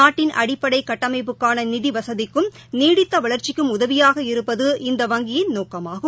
நாட்டின் அடிப்படைகட்டமைப்புக்கானநிதிவசதிக்கும் நீடித்தவளர்ச்சிக்கும் உதவியாக இருப்பது இந்த வங்கியின் நோக்கமாகும்